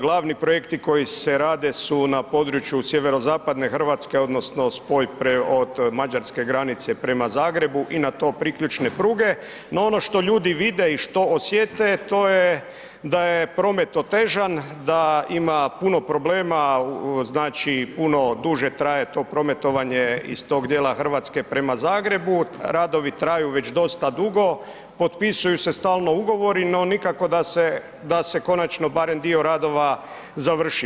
Glavni projekti koji se rade su na području sjeverozapadne Hrvatske odnosno spoj od Mađarske granice prema Zagrebu i na to priključne pruge no ono što ljudi vide i što osjete, to je da je promet otežan, da ima puno problema, znači puno duže traje to prometovanje iz tog djela Hrvatske prema Zagrebu, radovi traju već dosta dugo, potpisuju se stalno ugovori, no nikako da se konačno barem dio radova završi.